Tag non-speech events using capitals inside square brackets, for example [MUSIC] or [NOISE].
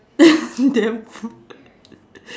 [LAUGHS] then